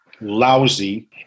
lousy